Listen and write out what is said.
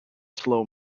slow